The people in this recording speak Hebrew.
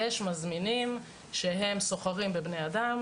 והם יודעים שהאשרה מסתיימת בסוף מאי ואנחנו כבר ב-10 במאי.